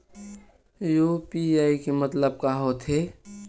UPI के मतलब का होथे?